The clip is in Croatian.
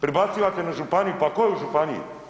Prebacujete na županiju, pa tko je u županiji?